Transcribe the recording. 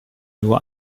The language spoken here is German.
nur